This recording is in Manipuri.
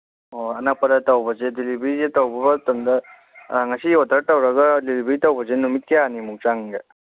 ꯑꯣ ꯑꯅꯛꯄꯗ ꯇꯧꯕꯁꯦ ꯗꯤꯂꯤꯕꯔꯤꯁꯦ ꯇꯧꯕ ꯃꯇꯝꯗ ꯉꯁꯤ ꯑꯣꯗꯔ ꯇꯧꯔꯒ ꯗꯤꯂꯤꯕꯔꯤ ꯇꯧꯕꯁꯦ ꯅꯨꯃꯤꯠ ꯀꯌꯥꯅꯤꯃꯨꯛ ꯆꯪꯒꯦ